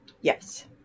Yes